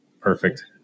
Perfect